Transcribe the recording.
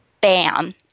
bam